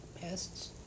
pests